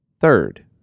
third